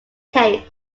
taste